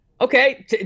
Okay